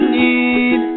need